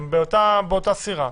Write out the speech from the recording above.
הם באותה סירה.